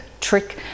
trick